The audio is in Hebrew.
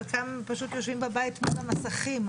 חלקם פשוט יושבים בבית מול המסכים,